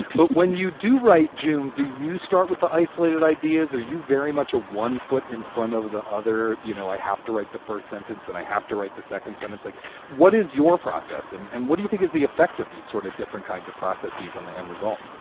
but when you do write jun, um do you start with the isolated ideas? are you very much a one foot in front of the other? you know, i have to write the first sentence that i have to write the second sentence like what is your process and and what do you think is the effect of these sort of different kinds of processes on the end result?